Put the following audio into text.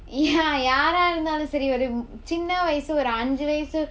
ya யாரா இருந்தாலும் சரி ஒரு சின்ன வயசு ஒரு அஞ்சு வயசு:yaaraa irunthaalum sari oru sinna vayasu oru anchu vayasu